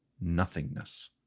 nothingness